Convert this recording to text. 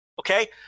Okay